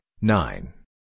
nine